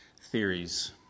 theories